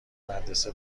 مدرسه